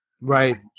Right